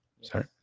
Sorry